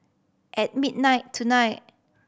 at midnight tonight